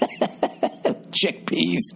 chickpeas